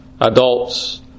adults